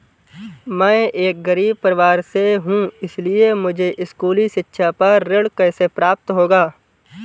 मैं एक गरीब परिवार से हूं इसलिए मुझे स्कूली शिक्षा पर ऋण कैसे प्राप्त होगा?